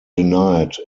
denied